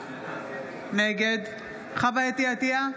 נגד חוה אתי עטייה,